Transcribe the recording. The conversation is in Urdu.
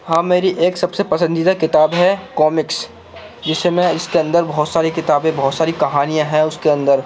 ہاں میری ایک سب سے پسندیدہ کتاب ہے کومکس جسے میں اس کے اندر بہت ساری کتابیں بہت ساری کہانیاں ہیں اس کے اندر